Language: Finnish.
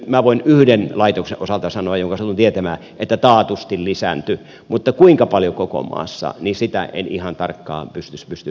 minä voin nyt yhden laitoksen osalta jonka satun tietämään sanomaan että taatusti lisääntyi mutta kuinka paljon koko maassa sitä en ihan tarkkaan pysty sanomaan